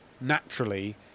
naturally